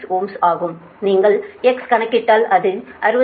6Ω ஆகவும் நீங்கள் X கணக்கிட்டால் அது 60